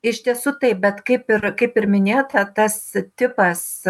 iš tiesų taip bet kaip ir kaip ir minėta tas tipas